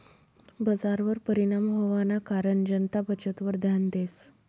बजारवर परिणाम व्हवाना कारण जनता बचतवर ध्यान देस